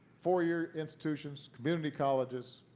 four-year institutions, community colleges,